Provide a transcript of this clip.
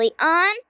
on